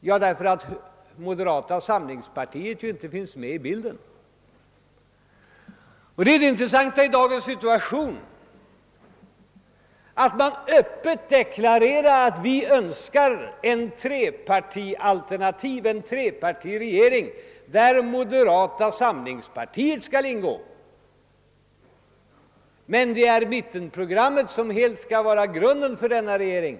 Jo, moderata samlingspartiet fanns inte med i bilden. Det intressanta i dagens situation är att man öppet deklarerar att man Önskar en trepartiregering, där moderata samlingspartiet skall ingå men att det är mittenprogrammet som helt skall utgöra grunden för denna regering.